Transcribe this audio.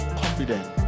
confident